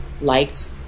liked